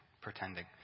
pretending